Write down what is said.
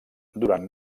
durant